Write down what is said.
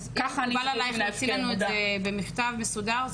אז אם מקובל עליך להוציא לנו את זה במכתב מסודר,